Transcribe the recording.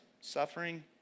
suffering